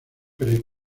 pre